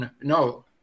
no